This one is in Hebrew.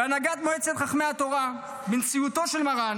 בהנהגת מועצת חכמי התורה בנשיאותו של מרן